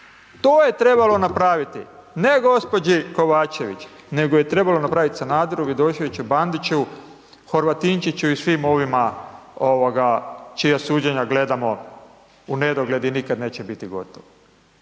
To je trebalo napraviti, ne gđi. Kovačević nego je trebalo napraviti Sanaderu, Vidoševiću, Bandiću, Horvatinčiću i svim ovima ovoga čija suđenja gledamo u nedogled i nikada neće biti gotovo,